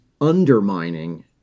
undermining